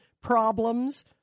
problems